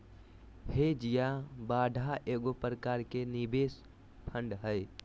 hedge या बाड़ा एगो प्रकार के निवेश फंड हय